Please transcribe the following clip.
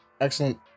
excellent